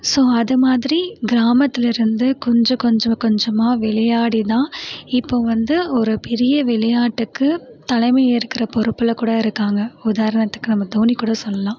so அதுமாதிரி கிராமத்துலேருந்து கொஞ்சம் கொஞ்சம் கொஞ்சமாக விளையாடி தான் இப்போ வந்து ஒரு பெரிய விளையாட்டுக்கு தலைமை ஏற்கிற பொறுப்பில் கூட இருக்காங்கள் உதாரணத்துக்கு நம்ம தோனி கூட சொல்லலாம்